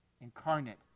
Incarnate